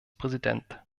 präsident